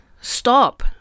stop